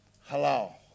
hello